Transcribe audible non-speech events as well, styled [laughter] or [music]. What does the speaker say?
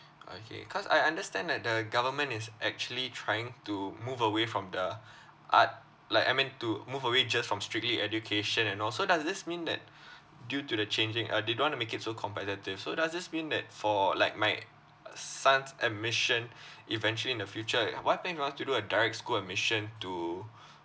okay cause I understand that the government is actually trying to move away from the art like I mean to move away just from strictly education and also does this mean that due to the changing uh they don't want to make it so competitive so does this mean that for like my [noise] son's admission eventually in the future like one thing you want to do a direct school admission to